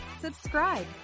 subscribe